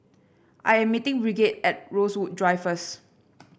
I'm meeting Bridgett at Rosewood Drive first